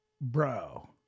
bro